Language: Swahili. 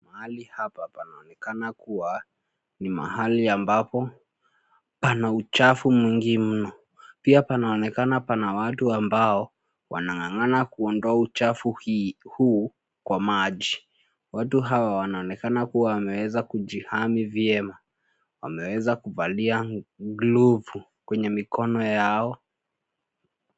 Mahali hapa panonekana kuwa ni mahali ambapo pana uchafu mwingi mno. Pia panaonekana pana watu ambao wanang'ang'ana kuondoa uchafu huu kwa maji. Watu hawa wanaonekana kuwa wameweza kujihami vyema. Wameweza kuvalia glovu kwenye mikono yao.